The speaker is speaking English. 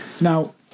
Now